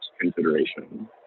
consideration